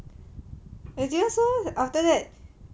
they didn't say after that